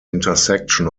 intersection